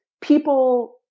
people